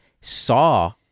saw